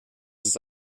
ist